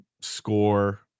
score